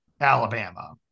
Alabama